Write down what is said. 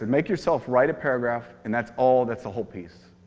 and make yourself write a paragraph, and that's all that's the whole piece.